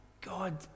God